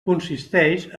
consisteix